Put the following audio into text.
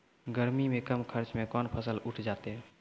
गर्मी मे कम खर्च मे कौन फसल उठ जाते हैं?